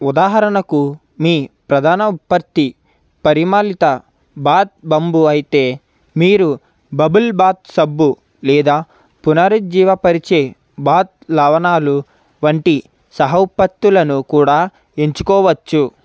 ఉదాహరణకు మీ ప్రధాన ఉత్పత్తి పరిమళిత బాత్ బంబు అయితే మీరు బబుల్ బాత్ సబ్బు లేదా పునరుజ్జీవపరిచే బాత్ లవణాలు వంటి సహ ఉత్పత్తులను కూడా ఎంచుకోవచ్చు